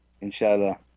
Inshallah